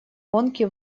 гонки